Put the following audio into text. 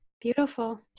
Beautiful